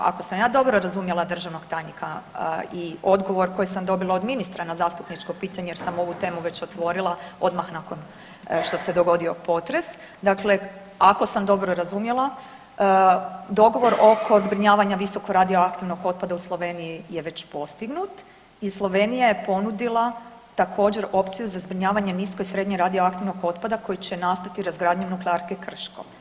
Ako sam ja dobro razumjela državnog tajnika i odgovor koji sam dobila od ministra na zastupničko pitanje jer sam ovu temu već otvorila odmah nakon što se dogodio potres, dakle ako sam dobro razumjela dogovor oko zbrinjavanja visokoradioaktivnog otpada u Sloveniji je već postignut i Slovenija je ponudila također opciju za zbrinjavanje nisko i srednje radioaktivnog otpada koji će nastati razgradnjom nuklearke Krško.